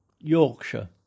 Yorkshire